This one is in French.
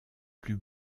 plus